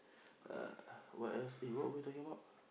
uh what else eh what we talking about